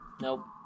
Nope